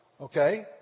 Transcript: Okay